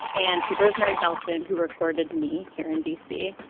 and to rosemary bellson, who recorded me here in d c.